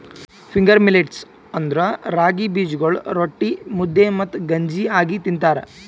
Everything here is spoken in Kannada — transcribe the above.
ಫಿಂಗರ್ ಮಿಲ್ಲೇಟ್ಸ್ ಅಂದುರ್ ರಾಗಿ ಬೀಜಗೊಳ್ ರೊಟ್ಟಿ, ಮುದ್ದೆ ಮತ್ತ ಗಂಜಿ ಆಗಿ ತಿಂತಾರ